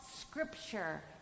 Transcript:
scripture